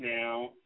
now